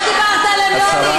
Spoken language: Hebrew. אתה דיברת עליהם.